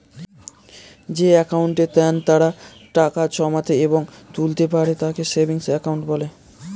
যে অ্যাকাউন্টে ক্রেতারা টাকা জমাতে এবং তুলতে পারে তাকে সেভিংস অ্যাকাউন্ট বলে